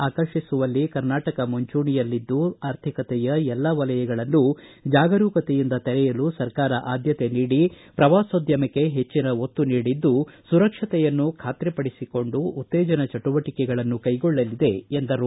ಆಕರ್ಷಿಸುವಲ್ಲಿ ಕರ್ನಾಟಕ ಮುಂಚೂಣಿಯಲ್ಲಿದ್ದು ಆರ್ಥಿಕತೆಯ ಎಲ್ಲ ವಲಯಗಳನ್ನು ಜಾಗರೂಕತೆಯಿಂದ ತೆರೆಯಲು ಸರ್ಕಾರ ಆದ್ಯತೆ ನೀಡಿ ಪ್ರವಾಸೋದ್ಯಮಕ್ಕೆ ಹೆಚ್ಚಿನ ಒತ್ತು ನೀಡಿದ್ದು ಸುರಕ್ಷತೆಯನ್ನು ಖಾತ್ರಿಪಡಿಸಿಕೊಂಡು ಉತ್ತೇಜನ ಚಟುವಟಿಕೆಗಳನ್ನು ಕೈಗೊಳ್ಳಲಿದೆ ಎಂದರು